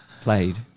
played